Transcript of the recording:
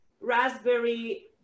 raspberry